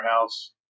house